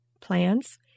plans